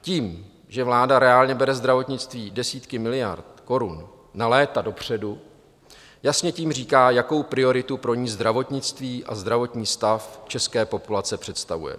Tím, že vláda reálně bere zdravotnictví desítky miliard korun na léta dopředu, jasně říká, jakou prioritu pro ni zdravotnictví a zdravotní stav české populace představuje.